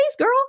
girl